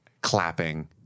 clapping